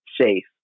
safe